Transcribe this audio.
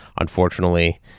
unfortunately